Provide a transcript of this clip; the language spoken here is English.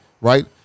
Right